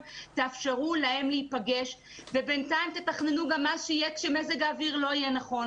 תאפשרו להם להיפגש ובינתיים תכננו גם מה יהיה כשמזג האוויר לא יהיה נוח.